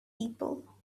people